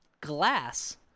glass